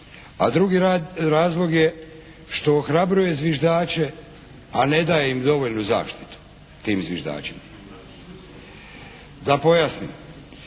A drugi razlog je što ohrabruje zviždače, a ne daje im dovoljnu zaštitu tim zviždačima. Da pojasnim.